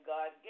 God